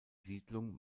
siedlung